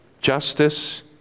justice